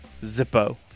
Zippo